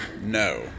No